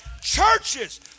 Churches